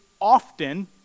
often